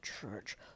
church